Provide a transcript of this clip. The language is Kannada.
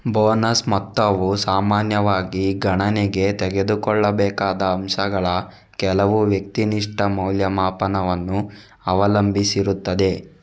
ಬೋನಸ್ ಮೊತ್ತವು ಸಾಮಾನ್ಯವಾಗಿ ಗಣನೆಗೆ ತೆಗೆದುಕೊಳ್ಳಬೇಕಾದ ಅಂಶಗಳ ಕೆಲವು ವ್ಯಕ್ತಿನಿಷ್ಠ ಮೌಲ್ಯಮಾಪನವನ್ನು ಅವಲಂಬಿಸಿರುತ್ತದೆ